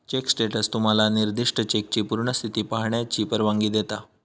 check status तुम्हाला निर्दिष्ट चेकची पूर्ण स्थिती पाहण्याची परवानगी देते